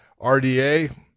RDA